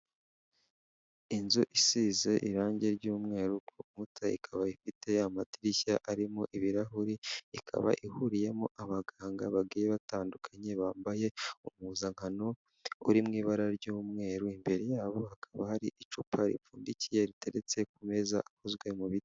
Inzu isize irangi ry'umweru , ku nkuta ikaba ifite amadirishya arimo ibirahuri, ikaba ihuriyemo abaganga bagiye batandukanye, bambaye umpuzankano iri mu ibara ry'umweru, imbere yabo hakaba hari icupa ripfundikiye riteretse ku meza akozwe mu biti.